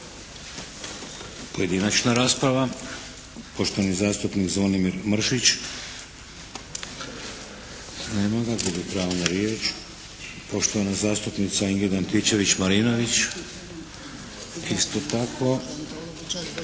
Pojedinačna rasprava. Poštovani zastupnik Zvonimir Mršić. Nema ga. Gubi pravo na riječ. Poštovana zastupnica Ingrid Antičević Marinović. Isto tako.